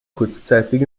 kurzzeitig